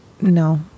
no